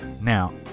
Now